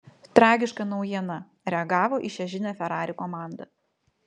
tragiška naujiena reagavo į šią žinią ferrari komanda